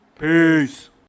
Peace